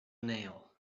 nail